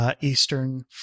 Eastern